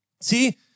See